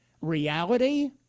reality